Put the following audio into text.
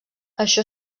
això